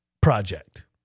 project